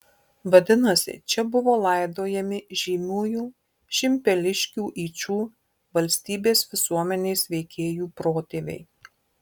vadinasi čia buvo laidojami žymiųjų šimpeliškių yčų valstybės visuomenės veikėjų protėviai